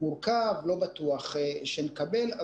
מורכב ולא בטוח שנקבל.